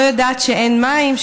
לא יודעת שאין מים,